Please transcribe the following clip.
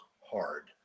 hard